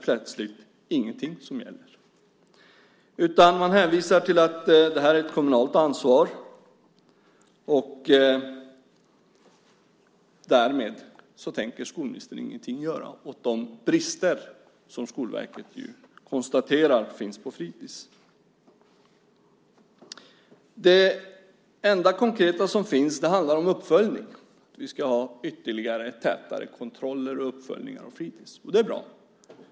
Plötsligt finns det ingenting. Man hänvisar till att detta är ett kommunalt ansvar; därför tänker skolministern ingenting göra åt de brister som Skolverket konstaterar finns på fritids. Det enda konkreta som finns handlar om uppföljning. Vi ska ha ytterligare uppföljningar och tätare kontroller av fritids. Det är bra.